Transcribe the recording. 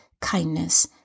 kindness